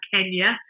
Kenya